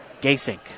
Gaysink